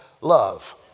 love